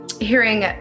hearing